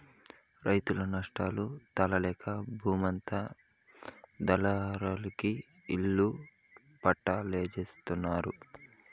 రైతులు నష్టాలు తాళలేక బూమంతా దళారులకి ఇళ్ళ పట్టాల్జేత్తన్నారు